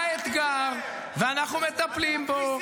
זה האתגר, ואנחנו מטפלים בו.